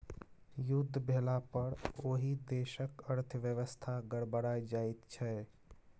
युद्ध भेलापर ओहि देशक अर्थव्यवस्था गड़बड़ा जाइत छै